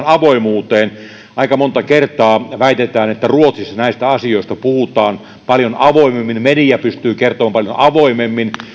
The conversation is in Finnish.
avoimuuteen aika monta kertaa väitetään että ruotsissa näistä asioista puhutaan paljon avoimemmin media pystyy kertomaan paljon avoimemmin